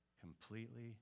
completely